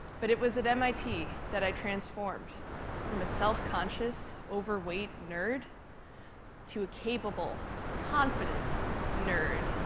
but it was at mit that i transformed from a self-conscious overweight nerd to a capable confident nerd.